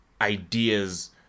ideas